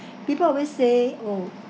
people always say oh